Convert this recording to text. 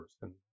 person